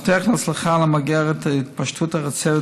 המפתח להצלחה במיגור התפשטות החצבת